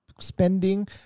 Spending